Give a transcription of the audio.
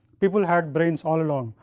people had brains all along,